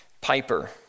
Piper